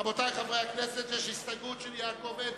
רבותי חברי הכנסת, יש הסתייגות של יעקב אדרי.